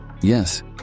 Yes